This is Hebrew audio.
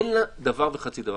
אין לה דבר וחצי דבר.